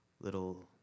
little